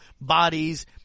bodies